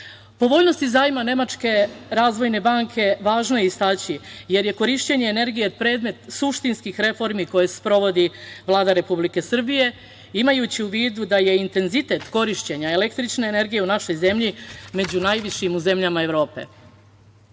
pomoć. Povoljnosti zajma Nemačke razvojne banke važno je istaći jer je korišćenje energije predmet suštinskih reformi koje sprovodi Vlada Republike Srbije, imajući u vidu da je intenzitet korišćenja električne energije u našoj zemlji među najvišim u zemljama Evrope.